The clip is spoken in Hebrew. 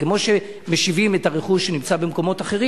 כמו שמשיבים את הרכוש שנמצא במקומות אחרים.